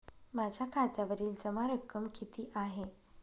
माझ्या खात्यावरील जमा रक्कम किती आहे?